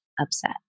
Upset